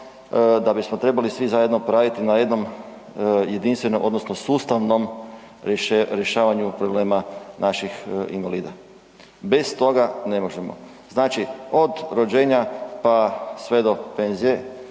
da bismo trebali svi zajedno poraditi na jednom jedinstvenom odnosno sustavnom rješavanju problema naših invalida, bez toga ne možemo. Znači od rođenja pa sve do penzije